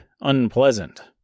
unpleasant